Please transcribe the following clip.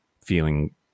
feeling